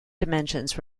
dimensions